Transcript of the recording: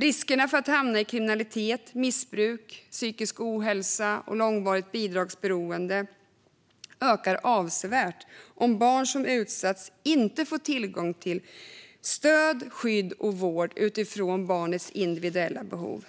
Riskerna för att hamna i kriminalitet, missbruk, psykisk ohälsa och långvarigt bidragsberoende ökar avsevärt om barn som utsatts inte får tillgång till stöd, skydd och vård utifrån sina individuella behov.